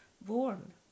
born